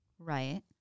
Right